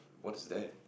what's that